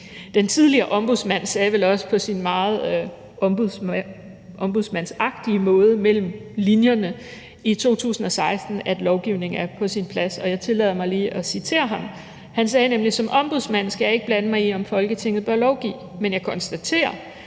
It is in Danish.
Den tidligere ombudsmand sagde vel også på sin meget ombudsmandsagtige måde mellem linjerne i 2016, at lovgivning er på sin plads, og jeg tillader mig lige at citere ham. Han sagde nemlig: Som ombudsmand skal jeg ikke blande mig i, om Folketinget bør lovgive, men jeg konstaterer,